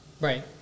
Right